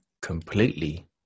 completely